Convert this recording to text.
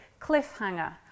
Cliffhanger